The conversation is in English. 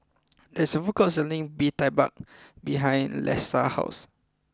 there's a food court selling Bee Tai Mak behind Leesa's house